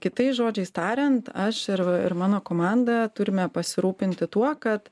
kitais žodžiais tariant aš ir ir mano komanda turime pasirūpinti tuo kad